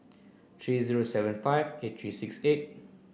three zero seven five eight three six eight